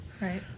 right